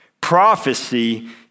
Prophecy